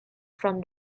from